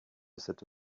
cette